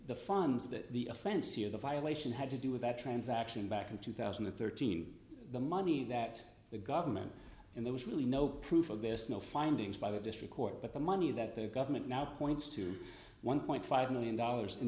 the funds that the offense here the violation had to do with that transaction back in two thousand and thirteen the money that the government in there was really no proof of this no findings by the district court but the money that the government now points to one point five million dollars in